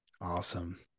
Awesome